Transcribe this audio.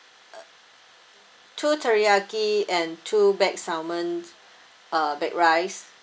uh two teriyaki and two baked salmon uh baked rice